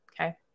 Okay